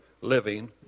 living